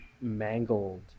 mangled